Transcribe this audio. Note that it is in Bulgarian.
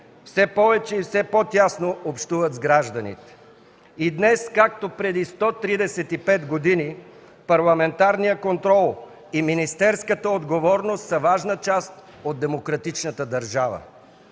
все повече и все по-тясно общуват с гражданите. И днес, както преди 135 години, парламентарният контрол и министерската отговорност са важна част от демократичната държава.